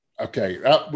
Okay